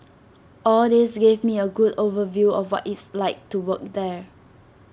all this gave me A good overview of what it's like to work there